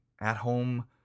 at-home